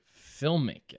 filmmaking